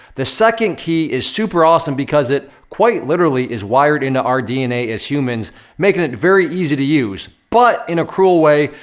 the second key is super awesome because it quite literally is wired into our dna as humans it very easy to use but, in a cruel way,